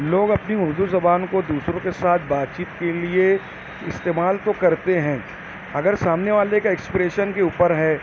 لوگ اپنی اردو زبان کو دوسروں کے ساتھ بات چیت کے لیے استعمال تو کرتے ہیں اگر سامنے والے کا اکسپریشن کے اوپر ہے